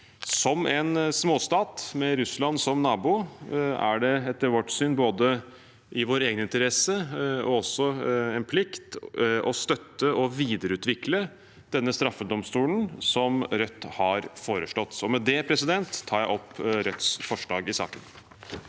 Som en småstat med Russland som nabo er det etter vårt syn både i vår egeninteresse og også en plikt å støtte og videreutvikle denne straffedomstolen, som Rødt har foreslått. Med det tar jeg opp Rødts forslag i saken.